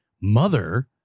mother